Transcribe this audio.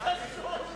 פה.